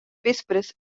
vespres